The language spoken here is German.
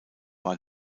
war